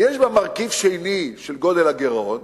יש בה מרכיב שני, של גודל הגירעון,